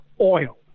oil